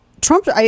Trump